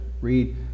read